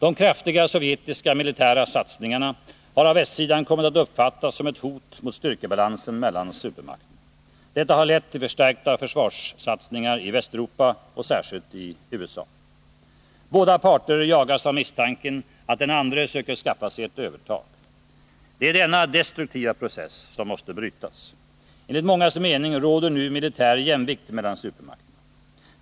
De kraftiga sovjetiska militära satsningarna har av västsidan kommit att uppfattas som ett hot mot styrkebalansen mellan supermakterna. Detta har lett till förstärkta försvarssatsningar i Västeuropa och särskilt i USA. Båda parter jagas av misstanken att den andra parten söker skaffa sig ett övertag. Det är denna destruktiva process som måste brytas. Enligt mångas mening råder nu militär jämvikt mellan supermakterna.